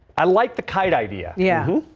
i like the kind idea, yeah.